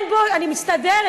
אני מסתדרת.